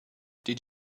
did